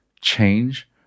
change